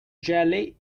jelly